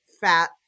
fat